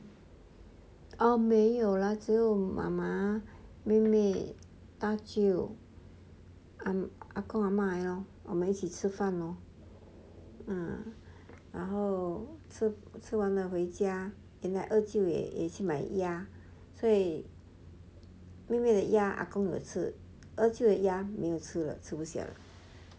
err 没有 lah 只有 mama 妹妹大舅 ah gong ah ma 而已 lor 我们一起吃饭 lor 然后吃吃完了回家然后二舅也去买鸭所以妹妹的鸭 ah gong 跟我吃二舅的鸭没有吃了吃不下